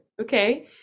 okay